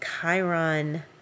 Chiron